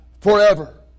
Forever